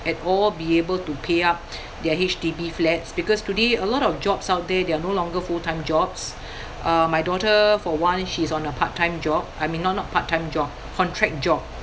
at all be able to pay up their H_D_B flats because today a lot of jobs out there they're no longer full time jobs uh my daughter for one she's on a part-time job I mean not not part-time job contract job